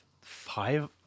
five